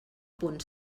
punt